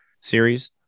series